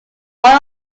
oil